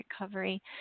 recovery